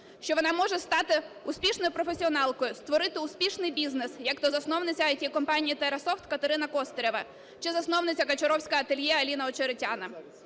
що вона може стати успішною професіоналкою, створити успішний бізнес, як то засновниця ІТ-компанії Terrasoft Катерина Костерева чи засновниця Kacharovska atelier Аліна Очеретяна.